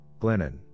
Glennon